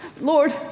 Lord